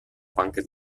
panca